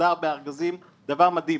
מסודר בארגזים, דבר מדהים.